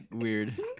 weird